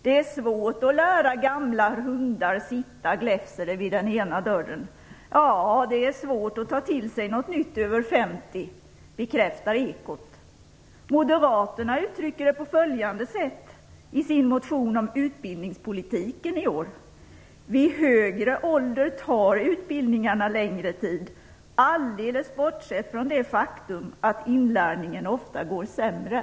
Det är svårt att lära gamla hundar sitta, gläfser det vid den ena dörren. Ja, det är svårt att ta till sig något nytt över 50, bekräftar ekot. Moderaterna uttrycker det på följande sätt i sin motion och utbildningspolitiken: Vid högre ålder tar utbildningarna längre tid, alldeles bortsett från det faktum att inlärningen ofta går sämre.